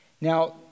Now